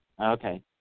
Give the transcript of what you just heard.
Okay